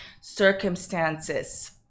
circumstances